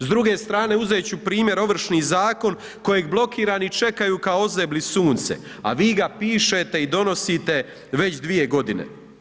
S druge strane uzeti ću primjer Ovršni zakon kojeg blokirani čekaju kao ozeblo sunce a vi ga pišete i donosite već dvije godine.